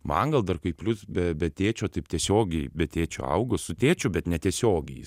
man gal dar kaip plius be be tėčio taip tiesiogiai be tėčio augu su tėčiu bet netiesiogiai